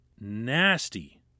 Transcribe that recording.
nasty